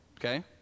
okay